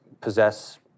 possess